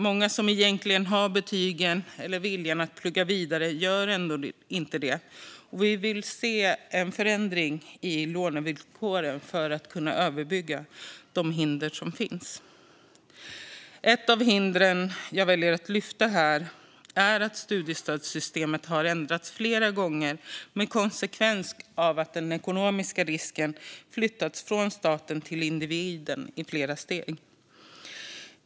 Många som egentligen har betygen eller viljan att plugga vidare gör ändå inte det. Vi vill se en förändring i lånevillkoren för att kunna överbrygga de hinder som finns. Ett hinder som jag väljer att lyfta här är att studiestödssystemet har ändrats flera gånger med konsekvensen att den ekonomiska risken flyttats från staten till individen i flera steg.